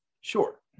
Sure